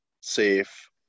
safe